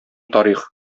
тарих